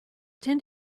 tend